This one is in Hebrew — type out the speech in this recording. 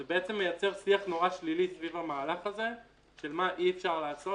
זה בעצם מייצר שיח מאוד שלילי סביב המהלך הזה שמה אי אפשר לעשות,